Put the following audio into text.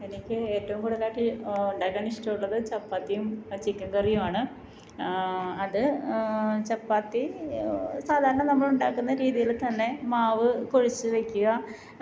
എനിക്ക് ഏറ്റവും കൂടുതലായിട്ട് ഉണ്ടാക്കാൻ ഇഷ്ടമുള്ളത് ചാപ്പാത്തിയും ചിക്കൻ കറിയും ആണ് അത് ചപ്പാത്തി സാധാരണ നമ്മൾ ഉണ്ടാക്കുന്ന രീതിയിൽ തന്നെ മാവ് കുഴച്ച് വെക്കുക